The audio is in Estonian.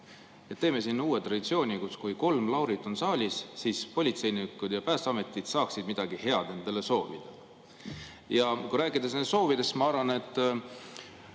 Teeme siin uue traditsiooni, et kui kolm Laurit on saalis, siis politseinikud ja Päästeamet saavad midagi head endale soovida. Kui rääkida nüüd soovidest, siis ma arvan …